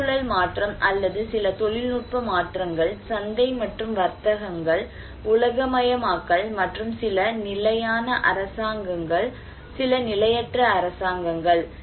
சுற்றுச்சூழல் மாற்றம் அல்லது சில தொழில்நுட்ப மாற்றங்கள் சந்தை மற்றும் வர்த்தகங்கள் உலகமயமாக்கல் மற்றும் சில நிலையான அரசாங்கங்கள் சில நிலையற்ற அரசாங்கங்கள்